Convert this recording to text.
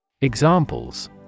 Examples